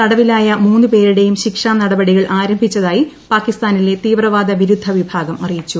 തടവിലായ മൂന്നു പേരുടെയും ശിക്ഷാ നടപടികൾ ആരംഭിച്ചതായി പാകിസ്ഥാനിലെ തീവ്രവാദ വിരുദ്ധ വിഭാഗം അറിയിച്ചു